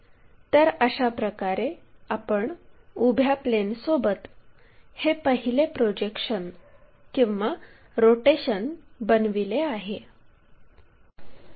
तर अशाप्रकारे आपण उभ्या प्लेनसोबत हे पहिले प्रोजेक्शन किंवा रोटेशन बनविले आहे